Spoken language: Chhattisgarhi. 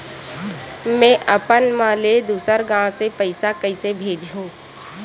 में अपन मा ला दुसर गांव से पईसा कइसे भेजहु?